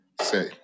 say